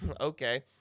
Okay